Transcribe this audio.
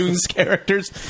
characters